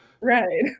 right